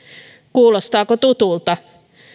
kuulostaako tutulta